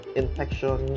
infection